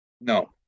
no